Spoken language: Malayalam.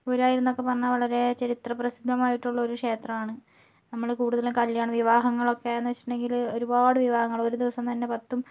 ഗുരുവായൂരെന്നൊക്കെ പറഞ്ഞാൽ വളരെ ചരിത്രപ്രസിദ്ധമായിട്ടുള്ള ഒരു ക്ഷേത്രാണ് നമ്മള് കൂടുതലും കല്യാണം വിവാഹങ്ങളൊക്കെ എന്ന് വെച്ചിട്ടുണ്ടെങ്കില് ഒരുപാട് വിവാഹങ്ങള് ഒരു ദിവസം തന്നെ പത്തും